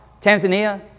Tanzania